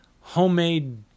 homemade